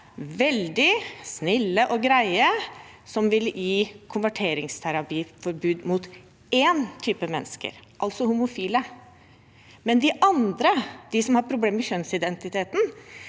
veldig snille og greie som vil gi konverteringsterapiforbud til én type mennesker, altså homofile. Mens de andre, de som har problemer med kjønnsidentitet,